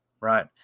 right